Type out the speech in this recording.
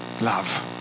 Love